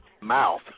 mouth